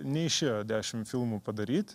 neišėjo dešim filmų padaryt